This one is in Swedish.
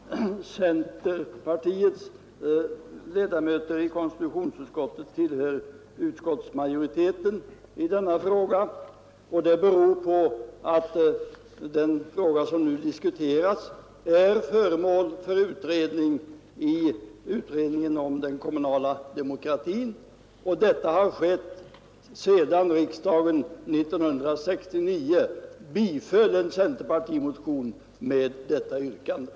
Herr talman! Centerpartiets ledamöter i konstitutionsutskottet tillhör utskottsmajoriteten i denna fråga. Anledningen till det är att frågan behandlas av utredningen om den kommunala demokratin, dit den hänsköts sedan riksdagen 1969 hade bifallit en centerpartimotion med yrkande om utredning.